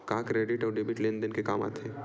का क्रेडिट अउ डेबिट लेन देन के काम आथे?